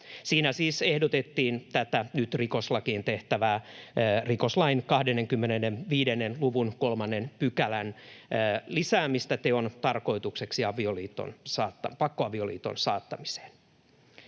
Siinä siis ehdotettiin tätä nyt rikoslakiin tehtävää rikoslain 25 luvun 3 §:n lisäystä, jossa teon tarkoitus on pakkoavioliittoon saattaminen.